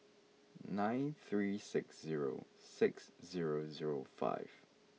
nine three six zero six zero zero five